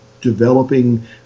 developing